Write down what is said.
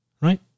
right